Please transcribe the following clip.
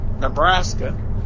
Nebraska